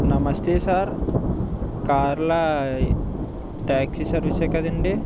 నమస్తే సార్ కార్ల ట్యాక్సీ సర్వీసే కదండి